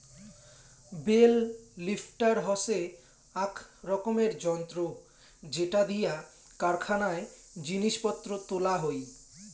bell lifter হসে আক রকমের যন্ত্র যেটা দিয়া কারখানায় জিনিস পত্র তোলা হই